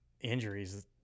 injuries